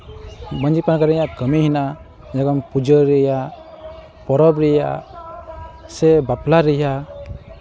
ᱢᱟᱹᱡᱷᱤ ᱼᱯᱟᱨᱜᱟᱱᱟ ᱨᱮᱭᱟᱜ ᱠᱟᱹᱢᱤ ᱦᱮᱱᱟᱜᱼᱟ ᱯᱩᱡᱟᱹ ᱨᱮᱭᱟᱜ ᱯᱚᱨᱚᱵᱽ ᱨᱮᱭᱟᱜ ᱥᱮ ᱵᱟᱯᱞᱟ ᱨᱮᱭᱟᱜ